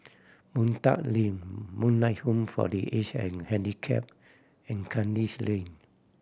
Boon Tat Link Moonlight Home for The Aged and Handicapped and Kandis Lane